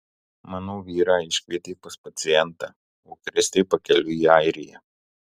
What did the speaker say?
mano vyrą iškvietė pas pacientą o kristė pakeliui į airiją